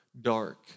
dark